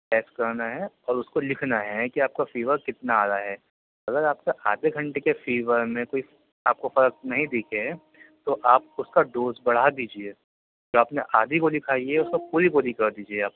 test کرانا ہے اور اس کو لکھنا ہے کہ آپ کا فیور کتنا آ رہا ہے اگر آپ کا آدھے گھنٹے کے فیور میں کوئی آپ کو فرق نہیں دکھے تو آپ اس کا ڈوز بڑھا دیجیے جو آپ نے آدھی گولی کھائی ہے اس کا پوری گولی کر دیجیے آپ